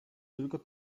tylko